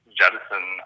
jettison